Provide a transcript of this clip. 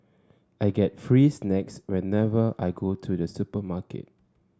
I get free snacks whenever I go to the supermarket